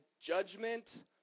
judgment